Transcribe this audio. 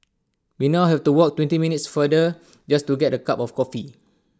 we now have to walk twenty minutes farther just to get A cup of coffee